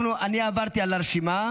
אני עברתי על הרשימה.